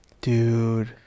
Dude